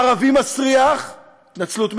ערבי מסריח, התנצלות מראש,